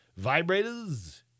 Vibrators